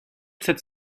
cette